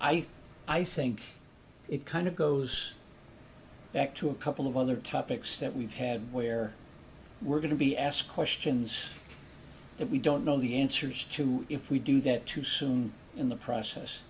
think i think it kind of goes back to a couple of other topics that we've had where we're going to be asked questions that we don't know the answers to if we do that too soon in the process